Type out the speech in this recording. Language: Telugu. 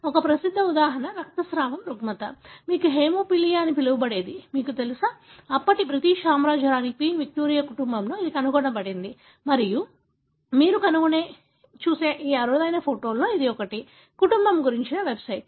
ఒక ప్రసిద్ధ ఉదాహరణ రక్తస్రావం రుగ్మత మీరు హేమోఫిలియా అని పిలవబడేది మీకు తెలుసా అప్పటి బ్రిటిష్ సామ్రాజ్య రాణి క్వీన్ విక్టోరియా కుటుంబంలో కనుగొనబడింది మరియు మీరు కనుగొనగలిగే అరుదైన ఫోటోలలో ఇది ఒకటి కుటుంబం గురించిన వెబ్సైట్